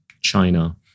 China